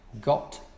got